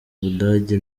budage